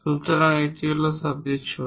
সুতরাং এটি হল সবচেয়ে ছোট